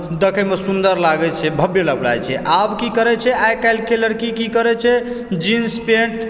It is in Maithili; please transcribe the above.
देखयमऽ सुन्दर लागैत छै भव्य लागैत छे आब कि करैत छै आइकाल्हिकऽ लड़की कि करैत छै जीन्स पेंट